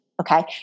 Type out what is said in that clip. Okay